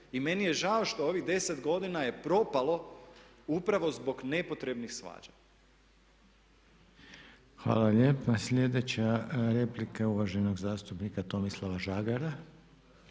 I meni je žao što ovih 10 godina je propalo upravo zbog nepotrebnih svađa. **Reiner, Željko (HDZ)** Hvala lijepa. Sljedeća replika je uvaženog zastupnika Tomislava Žagara.